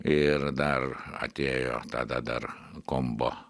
ir dar atėjo tada dar kombo